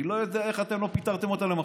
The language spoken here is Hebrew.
אני לא יודע איך אתם לא פיטרתם אותה למוחרת.